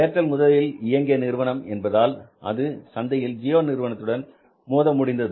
Airtel முதலில் இயங்கிய நிறுவனம் என்பதால் அது சந்தையில் ஜியோ நிறுவனத்துடனும் மோத முடிந்தது